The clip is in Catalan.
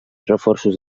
reforços